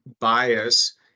bias